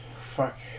fuck